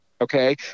okay